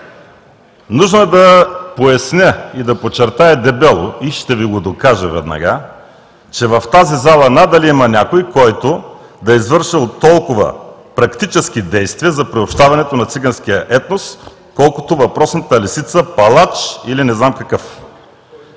Нужно е да поясня и да подчертая дебело и ще Ви го докажа веднага, че в тази зала надали има някой, който да е извършил толкова практически действия за приобщаването на циганския етнос, колкото въпросната „лисица“, „палач“ или не знам какъв,